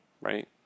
right